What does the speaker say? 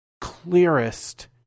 clearest